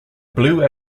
blue